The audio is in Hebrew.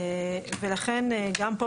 ולכן גם פה,